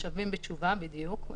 השבים בתשובה, בדיוק.